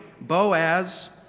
Boaz